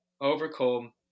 overcome